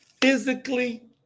physically